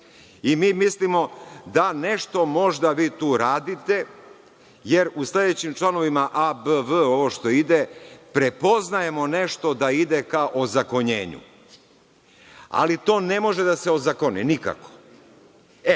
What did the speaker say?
i mi mislimo da nešto možda vi tu radite, jer u sledećim članovima a, b, v, ovo što ide, prepoznajemo nešto što da ide ka ozakonjenju, ali to ne može da se ozakoni, nikako.